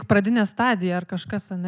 pradinė stadija ar kažkas ane